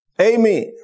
Amen